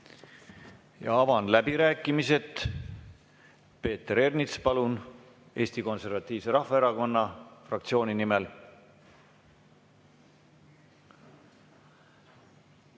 Avan läbirääkimised. Peeter Ernits, palun, Eesti Konservatiivse Rahvaerakonna fraktsiooni nimel!